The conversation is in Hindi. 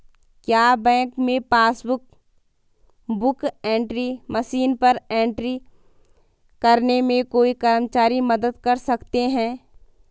क्या बैंक में पासबुक बुक एंट्री मशीन पर एंट्री करने में कोई कर्मचारी मदद कर सकते हैं?